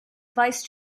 vice